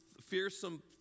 fearsome